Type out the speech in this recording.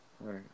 Right